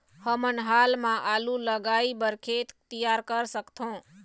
हमन हाल मा आलू लगाइ बर खेत तियार कर सकथों?